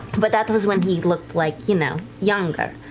but that was when he looked like, you know, younger.